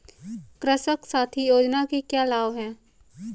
कृषक साथी योजना के क्या लाभ हैं?